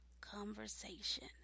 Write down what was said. conversation